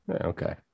Okay